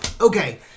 okay